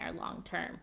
long-term